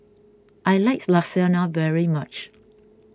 I like Lasagna very much